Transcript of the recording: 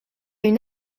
une